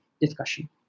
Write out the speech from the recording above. discussion